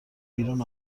بیرون